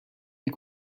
est